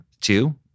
Two